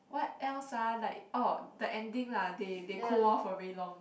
what else ah like orh the ending ah they they cold war for very long